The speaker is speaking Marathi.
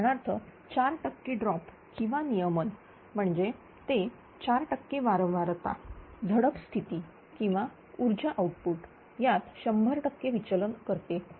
उदाहरणार्थ 4 टक्के ड्रॉप किंवा नियमन म्हणजे ते 4 टक्के वारंवारता झडप स्थिती किंवा ऊर्जा आउटपुट यात 100 टक्के विचलन करते